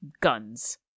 guns